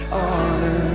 honor